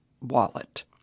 wallet